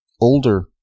older